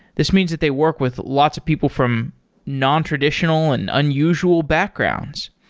this means that they work with lots of people from nontraditional and unusual backgrounds.